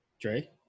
Dre